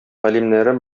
галимнәре